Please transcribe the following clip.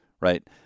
right